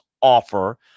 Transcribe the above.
offer